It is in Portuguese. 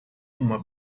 uma